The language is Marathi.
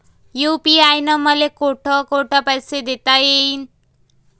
यू.पी.आय न मले कोठ कोठ पैसे देता येईन?